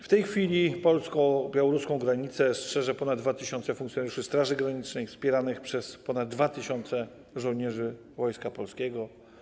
W tej chwili polsko-białoruską granicę strzeże ponad 2 tys. funkcjonariuszy Straży Granicznej wspieranych przez ponad 2 tys. żołnierzy Wojska Polskiego.